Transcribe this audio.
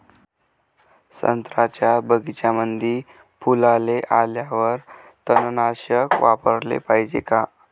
संत्र्याच्या बगीच्यामंदी फुलाले आल्यावर तननाशक फवाराले पायजे का?